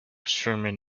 sherman